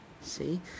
See